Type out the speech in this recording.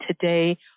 today